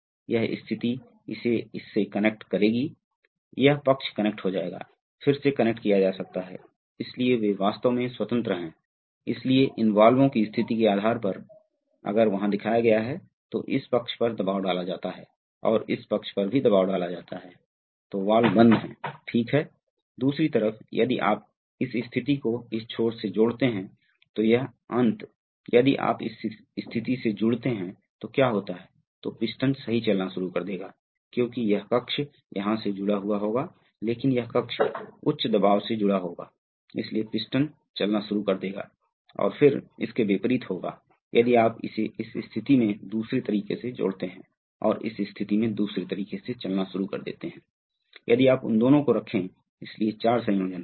इसलिए जब भी कोई पोजीशन संकेत बदलना पड़ता है तो कभी कभी आपको उस दर को नियंत्रित करने की आवश्यकता होती है जिस पर उसे जाना चाहिए आप इस तरह की प्रणाली को आम तौर पर कदम संकेत नहीं देते हैं यदि आपके पास एक रैंप जनरेटर है आप एक प्रणाली से दूसरे के लिए जाना चाहते हैं आप धीरे धीरे एक रैंप के माध्यम से जाते हैं जो उस वेग स्तर पर निर्भर करता है जिसे आप इस लोड पर रखना चाहते हैं